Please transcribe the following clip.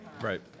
Right